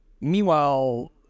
Meanwhile